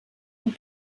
und